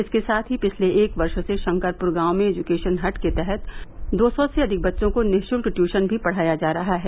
इसके साथ ही पिछले एक वर्ष से शंकरपुर गांव में एजुकेशन हट के तहत दो सौ से अधिक बच्चों को निःशुल्क ट्यूशन भी पढ़ाया जा रहा है